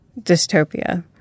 dystopia